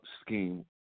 scheme